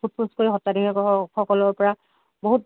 সোধ পোছ কৰি সত্ৰাধিকাৰসকলৰ পৰা বহুত